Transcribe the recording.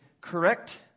correct